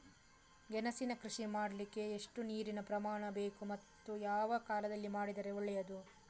ಗೆಣಸಿನ ಕೃಷಿ ಮಾಡಲಿಕ್ಕೆ ಎಷ್ಟು ನೀರಿನ ಪ್ರಮಾಣ ಬೇಕು ಮತ್ತು ಯಾವ ಕಾಲದಲ್ಲಿ ಮಾಡಿದರೆ ಒಳ್ಳೆಯದು?